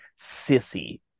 sissy